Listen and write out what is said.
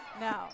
no